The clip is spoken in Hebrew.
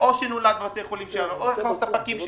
או שנולד בבתי החולים שלנו או שאנחנו הספקים שלו.